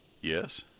Yes